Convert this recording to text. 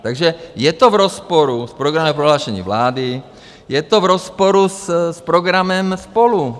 Takže je to v rozporu s programem prohlášení vlády, je to v rozporu s programem SPOLU.